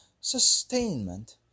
sustainment